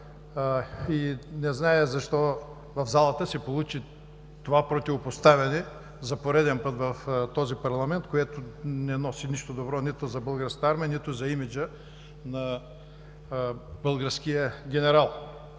Не зная защо в залата се получи това противопоставяне за пореден път в този парламент, което не носи нищо добро нито за българската армия, нито за имиджа на българския генерал.